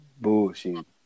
bullshit